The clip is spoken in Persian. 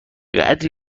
قدری